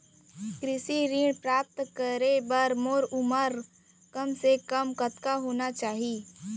कृषि ऋण प्राप्त करे बर मोर उमर कम से कम कतका होना चाहि?